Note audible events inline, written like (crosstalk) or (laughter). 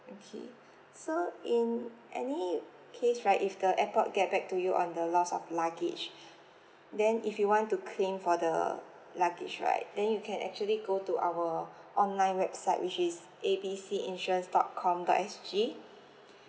okay so in any case right if the airport get back to you on the loss of luggage (breath) then if you want to claim for the luggage right then you can actually go to our online website which is A B C insurance dot com dot S_G